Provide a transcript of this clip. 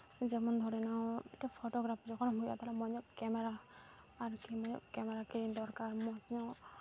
ᱢᱤᱫᱴᱮᱡ ᱯᱷᱚᱴᱳᱜᱨᱟᱯᱷᱟᱨ ᱡᱚᱠᱷᱚᱱᱮᱢ ᱦᱩᱭᱩᱜᱼᱟ ᱢᱚᱡᱽ ᱧᱚᱜ ᱠᱮᱢᱮᱨᱟ ᱟᱨᱠᱤ ᱠᱮᱢᱮᱨᱟ ᱠᱤᱨᱤᱧ ᱫᱚᱨᱠᱟᱨ ᱢᱚᱸᱡᱽ ᱧᱚᱜ